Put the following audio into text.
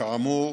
כאמור